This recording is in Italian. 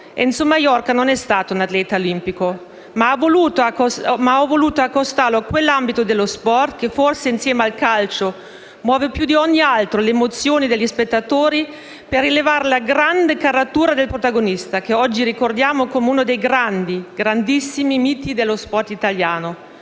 Enzo Maiorca non è stato un atleta olimpico, ma ho voluto accostarlo a quell'ambito dello sport che, forse, insieme al calcio, muove più di ogni altro le emozioni degli spettatori, per rilevare la grande caratura del protagonista che oggi ricordiamo come uno dei grandi, grandissimi miti dello sport italiano,